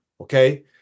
okay